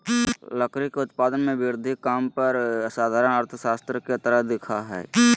लकड़ी के उत्पादन में वृद्धि काम पर साधारण अर्थशास्त्र के तरह दिखा हइ